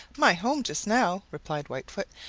my home just now, replied whitefoot,